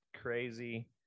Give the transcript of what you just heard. crazy